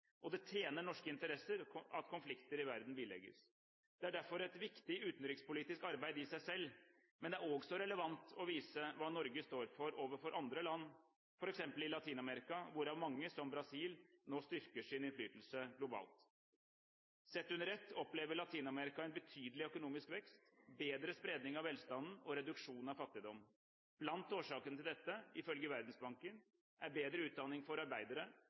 og det tjener norske interesser at konflikter i verden bilegges. Det er derfor et viktig utenrikspolitisk arbeid i seg selv, men det er også relevant å vise hva Norge står for overfor andre land, f.eks. i Latin-Amerika – hvorav mange, som Brasil, nå styrker sin innflytelse globalt. Sett under ett opplever Latin-Amerika en betydelig økonomisk vekst, bedre spredning av velstanden og reduksjon av fattigdom. Blant årsaker til dette, ifølge Verdensbanken, er bedre utdanning for arbeidere,